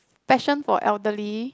passion for elderly